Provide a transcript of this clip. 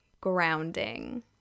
grounding